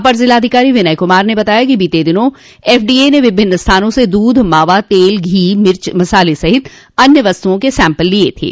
अपर जिलाधिकारी विनय कुमार ने बताया कि बीते दिनों एफडीए ने विभिन्न स्थानों से दूध मावा तेल घी मिर्च मसाले सहित अन्य वस्तुओं के सैम्पल लिये थे